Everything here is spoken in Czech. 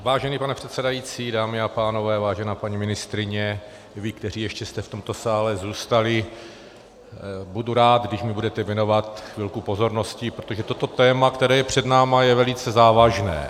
Vážený pane předsedající, dámy a pánové, vážená paní ministryně, vy, kteří ještě jste v tomto sále zůstali, budu rád, když mi budete věnovat chvilku pozornosti, protože toto téma, které je před námi, je velice závažné.